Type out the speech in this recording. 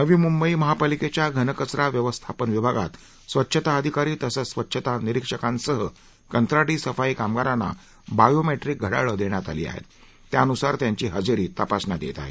नवी मुंबई महापालिकेच्या घनकचरा व्यवस्थापन विभागात स्वच्छता अधिकारी तसंच स्वच्छता निरीक्षकांसह कंत्राटी सफाई कामगारांना बायोमॅट्रीक घड्याळं देण्यात आली असून त्यानुसार त्यांची हजेरी तपासण्यात येत आहे